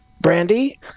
brandy